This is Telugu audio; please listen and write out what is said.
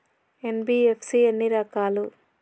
ఎన్.బి.ఎఫ్.సి ఎన్ని రకాలు?